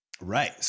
Right